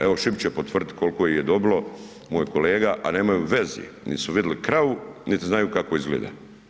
Evo Šipić će potvrdit koliko ih je dobilo, moj kolega a nemaju veze, nisu vidjeli kravu niti kako izgleda.